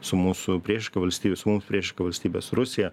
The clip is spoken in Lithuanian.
su mūsų priešiška valstybe su mums priešiška valstybe su rusija